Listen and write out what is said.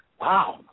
wow